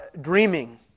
dreaming